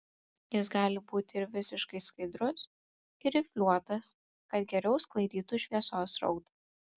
jis gali būti ir visiškai skaidrus ir rifliuotas kad geriau sklaidytų šviesos srautą